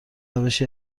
روشی